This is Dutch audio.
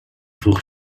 vroeg